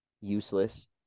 useless